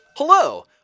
Hello